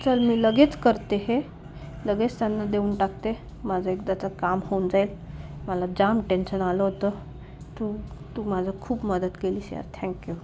चल मी लगेच करते हे लगेच त्यांना देऊन टाकते माझं एकदाचं काम होऊन जाईल मला जाम टेन्शन आलं होतं तू तू माझं खूप मदत केलीस थँक्यू